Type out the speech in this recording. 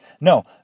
No